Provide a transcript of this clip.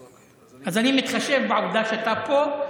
אז אני מתחשב בעובדה שאתה פה,